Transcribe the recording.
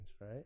right